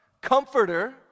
comforter